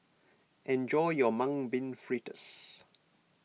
enjoy your Mung Bean Fritters